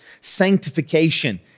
sanctification